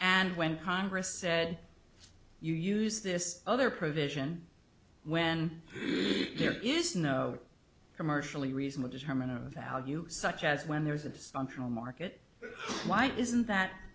and when congress said you use this other provision when there is no commercially reason to determine a value such as when there's a dysfunctional market why isn't that